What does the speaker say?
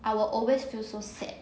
I will always feel so sad